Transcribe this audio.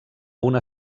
una